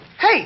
Hey